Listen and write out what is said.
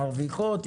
מרוויחות,